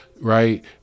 right